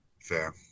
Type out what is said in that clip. fair